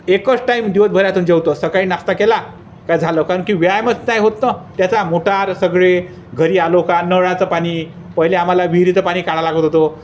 एकच टाईम दिवसभरातून जेवतो सकाळी नाश्ता केला काय झालं कारण की व्यायामच नाही होत ना त्याचा मोटार सगळे घरी आलो का नळाचं पाणी पहिले आम्हाला विहिरीचं पाणी काढा लागत होतो